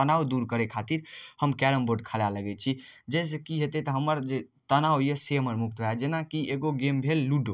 तनाब दूर करे खातिर हम कैरमबोर्ड खेलाय लगै छी जाहिसऽ की हेतै तऽ हमर जे तनाब यऽ से हमर मुक्त भऽ जाय जेनाकि एगो गेम भेल लूडो